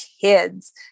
Kids